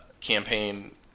campaign